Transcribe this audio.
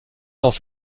dans